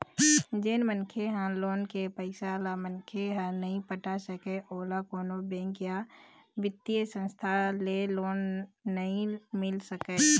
जेन मनखे ह लोन के पइसा ल मनखे ह नइ पटा सकय ओला कोनो बेंक या बित्तीय संस्था ले लोन नइ मिल सकय